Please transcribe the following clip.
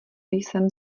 jsem